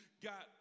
got